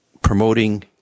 promoting